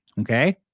okay